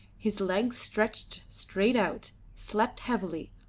his legs stretched straight out, slept heavily,